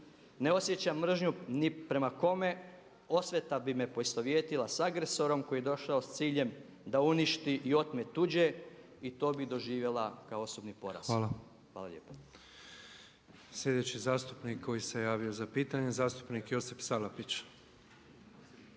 „ne osjećam mržnju ni prema kome, osveta bi me poistovjetila s agresorom koji je došao s ciljem da uništi i otme tuđe i to bi doživjela kao osobni poraz“. **Petrov, Božo (MOST)** Hvala. Sljedeći zastupnik koji se javio za pitanje je zastupnik Josip Salapić.